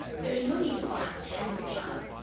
there's no need to fly off the handle, child.